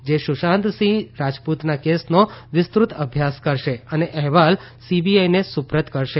જે સુશાંતસીંહ રાજપુતના કેસનો વિસ્તૃત અભ્યાસ કરશે અને અહેવાલ સીબીઆઇને સુપ્રત કરશે